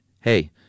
hey